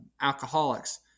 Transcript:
alcoholics